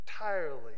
entirely